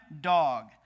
dog